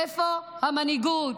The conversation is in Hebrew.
איפה המנהיגות?